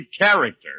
character